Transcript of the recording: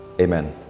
Amen